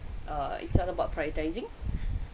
uh it started about prioritizing